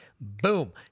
Boom